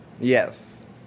Yes